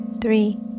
three